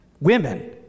Women